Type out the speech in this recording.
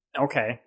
okay